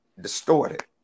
distorted